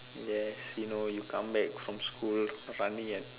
yes you know you come back from school running and